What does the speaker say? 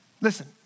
Listen